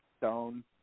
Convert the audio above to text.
Stone